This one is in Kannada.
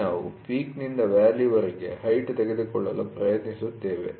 ಇಲ್ಲಿ ನಾವು ಪೀಕ್'ನಿಂದ ವ್ಯಾಲಿವರೆಗೆ ಹೈಟ್ ತೆಗೆದುಕೊಳ್ಳಲು ಪ್ರಯತ್ನಿಸುತ್ತೇವೆ